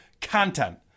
content